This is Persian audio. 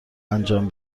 انجام